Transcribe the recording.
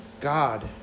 God